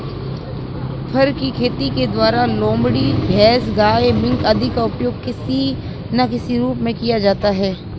फर की खेती के द्वारा लोमड़ी, भैंस, गाय, मिंक आदि का उपयोग किसी ना किसी रूप में किया जाता है